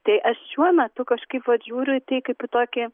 tai aš šiuo metu kažkaip vat žiūriu į tai kaip į tokį